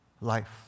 life